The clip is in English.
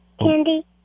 Candy